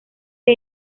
que